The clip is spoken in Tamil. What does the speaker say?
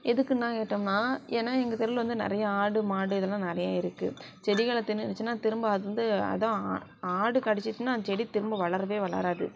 எதுக்குனா கேட்டோம்னா ஏன்னா எங்கள் தெருவில் வந்து நிறையா ஆடு மாடு இதலாம் நிறையா இருக்குது செடிகளை தின்றுடுச்சுனா திரும்ப அது வந்து அதுதான் ஆ ஆடு கடிச்சிட்டுனால் அந்த செடி திரும்ப வளரவே வளராது